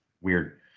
weird